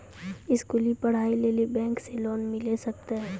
स्कूली पढ़ाई लेली बैंक से लोन मिले सकते?